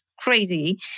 crazy